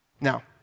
Now